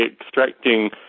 extracting